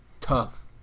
tough